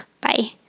Bye